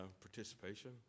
Participation